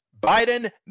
Biden